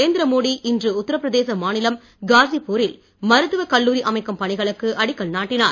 நரேந்திர மோடி இன்று உத்தரப்பிரதேச மாநிலம் காசிபூ ரில் மருத்துவக் கல்லூரி அமைக்கும் பணிகளுக்கு அடிக்கல் நாட்டினார்